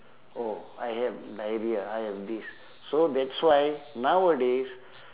oh I have diarrhoea I have this so that's why nowadays